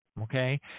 okay